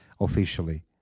officially